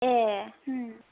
ए ओं